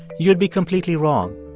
you'd be completely wrong.